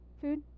food